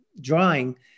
drawing